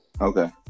okay